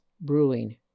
brewing